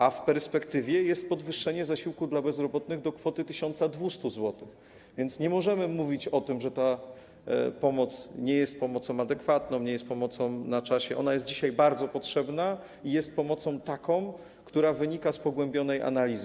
A w perspektywie jest podwyższenie zasiłku dla bezrobotnych do kwoty 1200 zł, więc nie możemy mówić o tym, że ta pomoc nie jest pomocą adekwatną, nie jest pomocą na czasie, ona jest dzisiaj bardzo potrzebna i jest taką pomocą, która wynika z pogłębionej analizy.